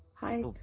Hi